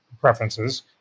preferences